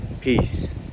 Peace